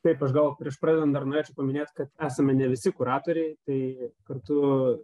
taip aš gal prieš pradedant dar norėčiau paminėt kad esame ne visi kuratoriai tai kartu